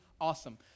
awesome